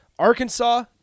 Arkansas